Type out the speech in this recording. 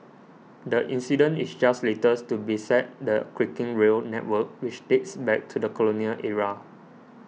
the incident is just latest to beset the creaking rail network which dates back to the colonial era